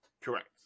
Correct